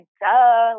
duh